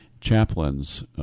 chaplains